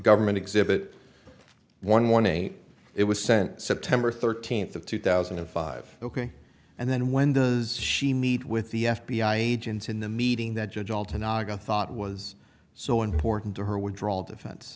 government exhibit one one eight it was sent september thirteenth of two thousand and five ok and then when does she meet with the f b i agents in the meeting that judge all to naga thought was so important to her withdrawal defen